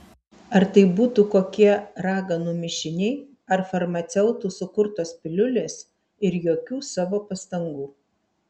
ar tai būtų kokie raganų mišiniai ar farmaceutų sukurtos piliulės ir jokių savo pastangų